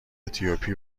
اتیوپی